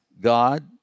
God